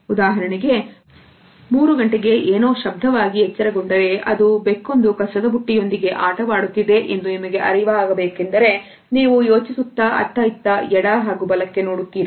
ಉದಾಹರಣೆಗೆ 300 ಗಂಟೆಗೆ ಏನು ಶಬ್ದವಾಗಿ ಎಚ್ಚರಗೊಂಡರೆ ಅದು ಬೆಕ್ಕೊಂದು ಕಸದಬುಟ್ಟಿ ಹೊಂದಿಗೆ ಆಟವಾಡುತ್ತಿದೆ ಎಂದು ನಿಮಗೆ ಅರಿವಾಗಬೇಕಾದರೆ ನೀವು ಯೋಚಿಸುತ್ತಾ ಅತ್ತ ಇತ್ತ ಎಡ ಹಾಗೂ ಬಲಕ್ಕೆ ನೋಡುತ್ತೀರಿ